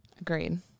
Agreed